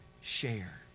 share